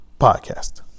Podcast